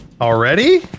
Already